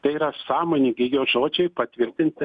tai yra sąmoningi jos žodžiai patvirtinti